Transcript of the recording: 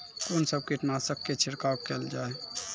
कून सब कीटनासक के छिड़काव केल जाय?